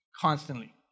Constantly